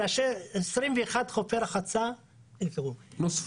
כאשר יש 21 חופי רחצה נוספו,